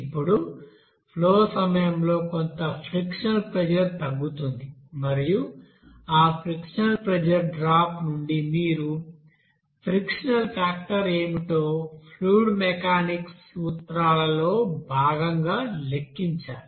ఇప్పుడు ఫ్లో సమయంలో కొంత ఫ్రిక్షనల్ ప్రెజర్ తగ్గుతుంది మరియు ఆ ఫ్రిక్షనల్ ప్రెజర్ డ్రాప్ నుండి మీరు ఫ్రిక్షనల్ ఫాక్టర్ ఏమిటో ఫ్లూయిడ్ మెకానిక్స్ సూత్రాలలో భాగంగా లెక్కించాలి